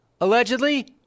allegedly